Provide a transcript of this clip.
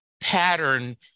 pattern